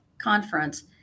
conference